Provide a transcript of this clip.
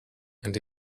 and